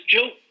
Joe